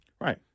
Right